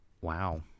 wow